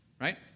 Right